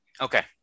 Okay